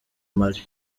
mali